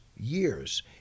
years